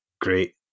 great